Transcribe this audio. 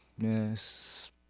Yes